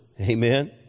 Amen